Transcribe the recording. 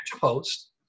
Post